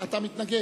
אתה מתנגד?